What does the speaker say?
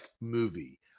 movie